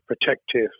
protective